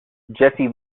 jesse